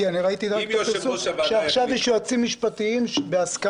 כי אני ראיתי --- שעכשיו יש יועצים משפטיים שבהסכמת